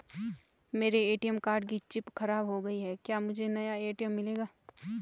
मेरे ATM card की chip खराब हो गयी है क्या मुझे नया ए.टी.एम मिलेगा?